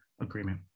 agreement